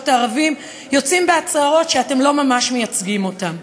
הערבים יוצאים בהצהרות שאתם לא ממש מייצגים אותם.